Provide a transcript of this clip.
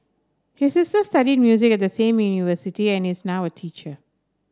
his sister studied music at the same university and is now a teacher